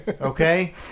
Okay